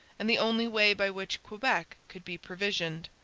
and the only way by which quebec could be provisioned.